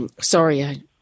sorry